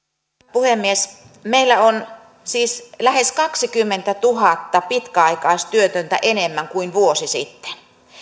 puhemies meillä on siis lähes kaksikymmentätuhatta pitkäaikaistyötöntä enemmän kuin vuosi sitten